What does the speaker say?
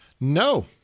No